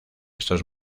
estos